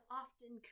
often